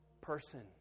person